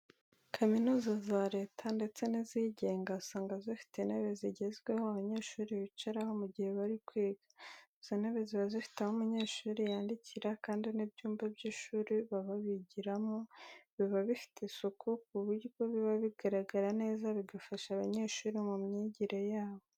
Kaminuza za Leta ndetse n'izigenga, usanga ziba zifite intebe zigezweho abanyeshuri bicaraho mu gihe bari kwiga. Izo ntebe ziba zifite aho umunyeshuri yandikira kandi n'ibyumba by'ishuri baba bigiramo, biba bifite isuku ku buryo biba bigaragara neza, bigafasha abanyeshuri mu myigire yabo.